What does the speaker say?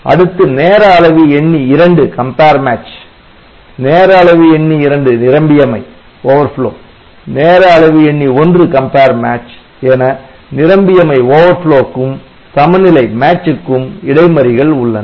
அடுத்து நேர அளவிஎண்ணி 2 கம்பேர் மேட்ச் நேர அளவிஎண்ணி 2 நிரம்பியமை நேர அளவிஎண்ணி 1 கம்பேர் மேட்ச் என நிரம்பியமை க்கும் சமநிலை க்கும் இடைமறிகள் உள்ளன